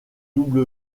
double